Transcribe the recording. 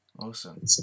Awesome